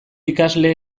ikasle